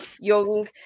young